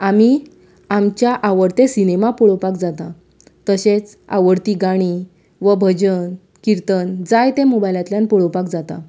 आमी आमचे आवडटे सिनेमा पळोवपाक जाता तशेंच आवडटी गाणीं वा भजन किर्तन जाय तें मोबायलांतल्यान पळोवपाक जाता